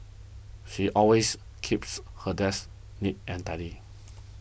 she always keeps her desk neat and tidy